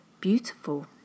Beautiful